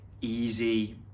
easy